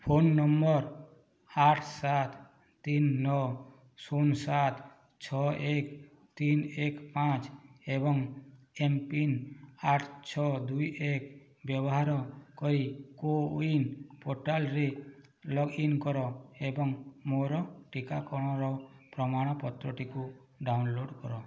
phone number ଆଠ ସାତ ତିନି ନଅ ଶୂନ ସାତ ଛଅ ଏକ ତିନି ଏକ ପାଞ୍ଚ ଏବଂ ଏମ୍ପିନ୍ ଆଠ ଛଅ ଦୁଇ ଏକ ବ୍ୟବହାର କରି କୋ ୱିନ୍ ପୋର୍ଟାଲ୍ରେ ଲଗ୍ଇନ୍ କର ଏବଂ ମୋର ଟିକାକରଣର ପ୍ରମାଣପତ୍ରଟିକୁ ଡାଉନଲୋଡ଼୍ କର